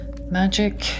Magic